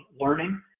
learning